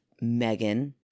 Megan